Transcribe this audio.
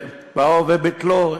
באו וביטלו.